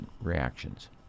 reactions